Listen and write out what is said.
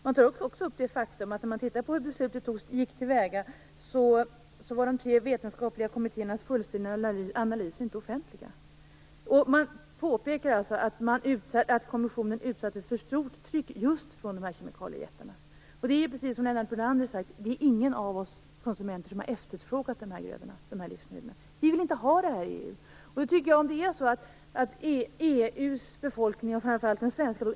Det tar också upp det faktum att de tre vetenskapliga kommittéernas fullständiga analys var inte offentlig när beslutet fattades. Man påpekar att kommissionen var utsatt för stort tryck just från kemikaliejättarna. Precis som Lennart Brunander har sagt är det inga konsumenter som har efterfrågat grödorna. Vi vill inte ha det i EU.